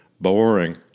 Boring